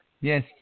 Yes